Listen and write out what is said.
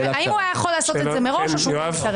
האם הוא היה יכול לעשות את זה מראש או שהוא מתערב?